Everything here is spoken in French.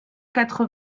quatre